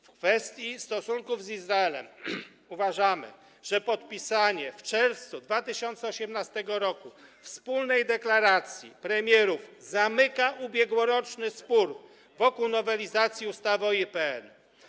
W kwestii stosunków z Izraelem uważamy, że podpisanie w czerwcu 2018 r. wspólnej deklaracji premierów zamyka ubiegłoroczny spór wokół nowelizacji ustawy o IPN.